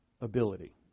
ability